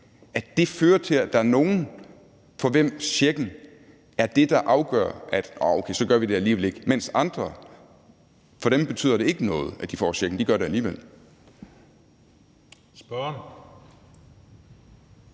det. Det fører til, at der er nogle, for hvem checken er det, der afgør, at de ikke gør det alligevel, mens det for andre ikke betyder noget, at de får checken; de gør det alligevel. Kl.